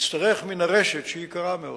נצטרך מן הרשת, שהיא יקרה מאוד,